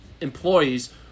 employees